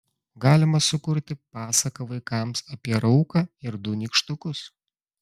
galima sukurti pasaką vaikams apie rauką ir du nykštukus